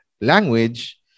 language